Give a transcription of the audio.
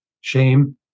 shame